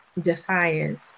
defiant